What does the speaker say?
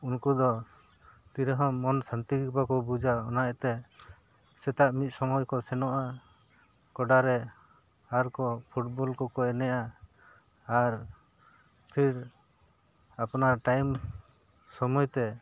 ᱩᱱᱠᱩ ᱫᱚ ᱛᱤᱨᱮ ᱦᱚᱸ ᱢᱚᱱ ᱥᱟᱱᱛᱤ ᱜᱮ ᱵᱟᱠᱚ ᱵᱩᱡᱟ ᱚᱱᱟ ᱤᱭᱟᱹᱛᱮ ᱥᱮᱛᱟᱜ ᱢᱤᱫ ᱥᱚᱢᱚᱭ ᱨᱮᱠᱚ ᱥᱮᱱᱚᱜᱼᱟ ᱜᱚᱰᱟᱨᱮ ᱟᱨ ᱠᱚ ᱯᱷᱩᱴᱵᱚᱞ ᱠᱚᱠᱚ ᱮᱱᱮᱡᱼᱟ ᱟᱨ ᱯᱷᱤᱨ ᱟᱯᱱᱟᱨ ᱴᱟᱭᱤᱢ ᱥᱚᱢᱚᱭ ᱛᱮ